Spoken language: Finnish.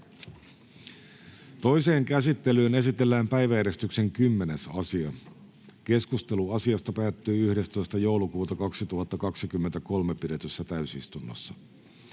Toiseen käsittelyyn esitellään päiväjärjestyksen 6. asia. Keskustelu asiasta päättyi 11.12.2023 pidetyssä täysistunnossa.